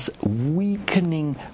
weakening